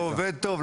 ועובד טוב.